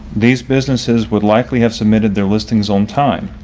these businesses would likely have submitted their listings on time.